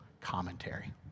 commentary